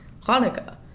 Hanukkah